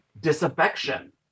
disaffection